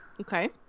Okay